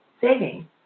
saving